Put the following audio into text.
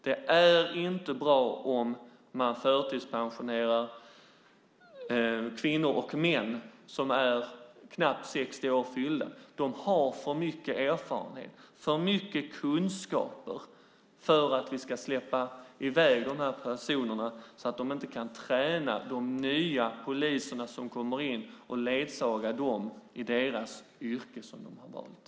Det är inte bra att förtidspensionera kvinnor och män som är knappt 60 år fyllda. De har för mycket erfarenhet och kunskap för att vi ska släppa i väg dem och de därmed inte kan träna de nya poliser som kommer in samt ledsaga dem i det yrke som de valt.